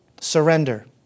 surrender